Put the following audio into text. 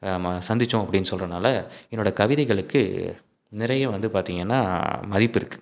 ம சந்திச்சோம் அப்படின்னு சொல்லுறனால என்னோட கவிதைகளுக்கு நிறைய வந்து பார்த்திங்கனா மதிப்பு இருக்கு